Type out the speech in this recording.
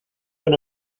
una